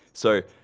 so,